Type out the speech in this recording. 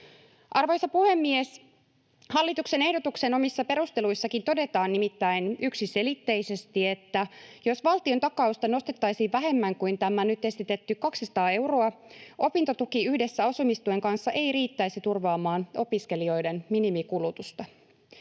Arvoisa puhemies! Hallituksen ehdotuksen omissa perusteluissakin todetaan nimittäin yksiselitteisesti, että jos valtion takausta nostettaisiin vähemmän kuin tämä nyt esitetty 200 euroa, opintotuki yhdessä asumistuen kanssa ei riittäisi turvaamaan opiskelijoiden minimikulutusta.